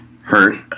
hurt